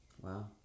Wow